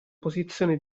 posizione